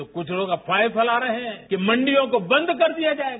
तो कुछ लोग अफवाहें फैला रहे हैं कि मंडियों को बंद कर दिया जायेगा